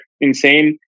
Insane